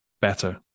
better